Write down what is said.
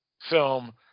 film